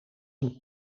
een